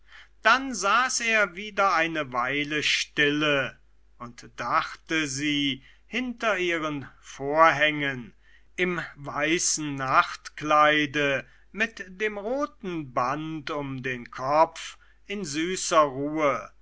dann saß er wieder eine weile stille und dachte sie hinter ihren vorhängen im weißen nachtkleide mit dem roten band um den kopf in süßer ruhe